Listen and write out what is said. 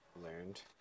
learned